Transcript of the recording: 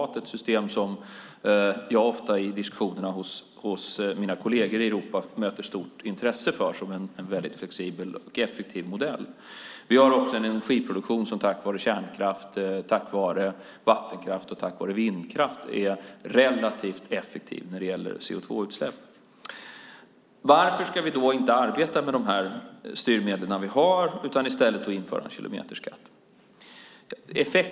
Det är ett system som jag ofta i diskussionerna hos mina kolleger i Europa möter stort intresse för som en väldigt flexibel och effektiv modell. Vi har också en energiproduktion som tack vare kärnkraft, vattenkraft och vindkraft är relativt effektiv när det gäller CO2-utsläpp. Varför ska vi inte arbeta med de styrmedel vi har utan i stället införa en kilometerskatt?